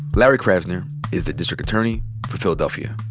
larry krasner is the district attorney for philadelphia.